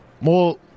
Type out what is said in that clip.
More